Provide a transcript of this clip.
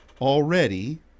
already